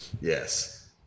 Yes